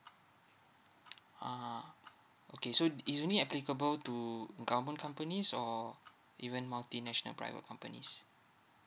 ah okay so is only applicable to government companies or even multinational private companies